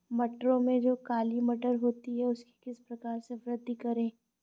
मटरों में जो काली मटर होती है उसकी किस प्रकार से वृद्धि करें?